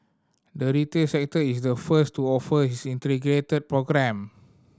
the retail sector is the first to offer his integrated programme